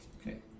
Okay